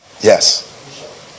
Yes